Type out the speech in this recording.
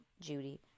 judy